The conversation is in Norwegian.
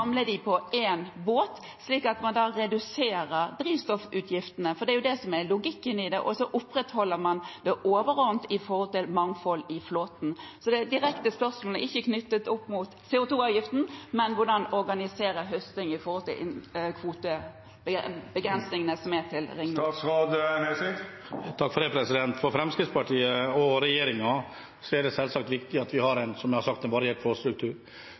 på én båt og redusere drivstoffutgiftene? Det er jo det som er logikken i dette, og så opprettholder man det overordnede når det gjelder mangfold i flåten. Det direkte spørsmålet er ikke knyttet opp mot CO 2 -avgiften, men mot hvordan man organiserer høsting i forbindelse med begrensningene for ringnot. For Fremskrittspartiet og regjeringen er det som sagt selvsagt viktig at vi har en variert flåtestruktur. Vi har også sagt